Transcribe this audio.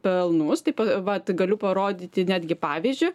pelnus tai vat galiu parodyti netgi pavyzdžiu